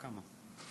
מה כמה?